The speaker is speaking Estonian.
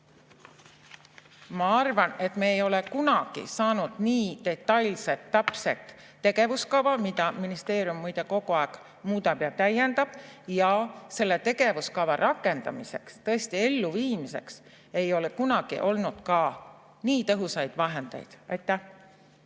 Ma arvan, et me ei ole kunagi saanud nii detailset, täpset tegevuskava, mida ministeerium muide kogu aeg muudab ja täiendab. Ja selle tegevuskava rakendamiseks, elluviimiseks ei ole kunagi olnud ka nii tõhusaid vahendeid. Aitäh